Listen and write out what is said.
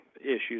issues